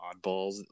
oddballs